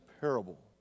parable